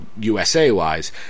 USA-wise